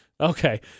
Okay